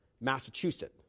Massachusetts